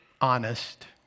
honest